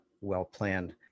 well-planned